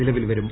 നിലവിൽ വരും